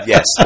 Yes